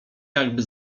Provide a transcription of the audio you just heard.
jakby